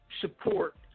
support